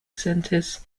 centers